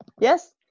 Yes